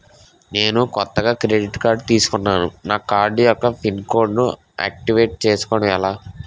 నేను కొత్తగా credit card తిస్కున్నా నా కార్డ్ యెక్క పిన్ కోడ్ ను ఆక్టివేట్ చేసుకోవటం ఎలా?